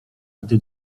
gdy